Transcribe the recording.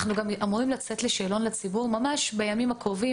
אנחנו גם אמורים לצאת לשאלון לציבור ממש בימים הקרובים,